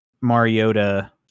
Mariota